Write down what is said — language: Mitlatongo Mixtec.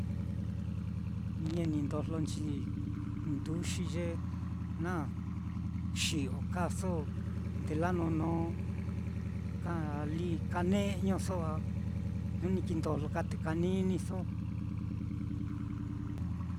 ni ñenindojlonchi nduxi ye na xi'yo kaaso nde la nono ka li kane'ñuso, a jnu ni kindojlo ka te kaniniso.